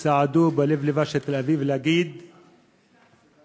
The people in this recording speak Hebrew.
צעדו בלב-לבה של תל-אביב להגיד "לא"